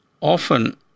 Often